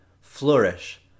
flourish